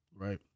Right